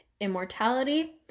immortality